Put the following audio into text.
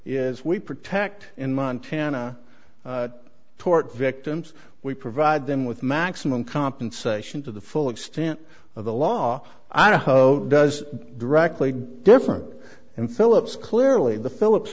is we protect in montana tort victims we provide them with maximum compensation to the full extent of the law does directly difference in philips clearly the phillips